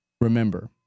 Remember